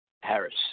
Harris